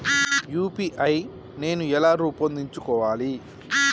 UPI నేను ఎలా రూపొందించుకోవాలి?